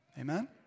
Amen